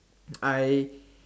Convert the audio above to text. I